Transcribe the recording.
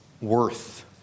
worth